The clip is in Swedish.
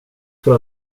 för